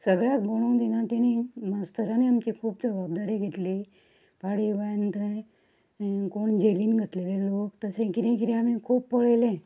सगळ्या भोंवणोक दिना तेंणी मास्तरांनी आमची खूब जबाबदारी घेतली पाडी बांयन थंय कोण झेलीन घातलेले लोक तशें कितें कितें आमी खूब पळयलें